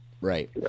Right